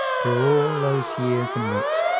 through all those years in which,